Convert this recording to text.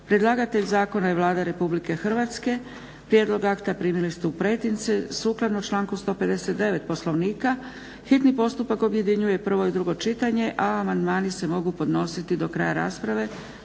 Predlagatelj zakona je Vlada Republike Hrvatske. Prijedlog akta primili ste u pretince. Sukladno članku 159. Poslovnika hitni postupak objedinjuje prvo i drugo čitanje, a amandmani se mogu podnositi do kraja rasprave